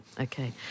okay